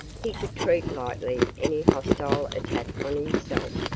he could treat lightly any hostile attack on himself,